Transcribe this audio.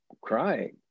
crying